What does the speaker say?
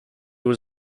was